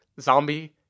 zombie